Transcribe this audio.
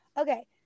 okay